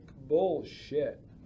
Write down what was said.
bullshit